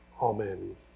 Amen